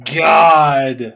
god